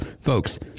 folks